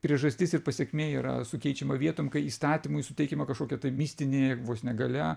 priežastis ir pasekmė yra sukeičiama vietom kai įstatymui suteikiama kažkokia mistinė vos ne galia